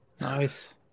Nice